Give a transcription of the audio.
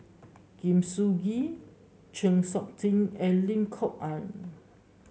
Sun Gee Chng Seok Tin and Lim Kok Ann